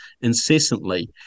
incessantly